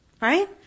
Right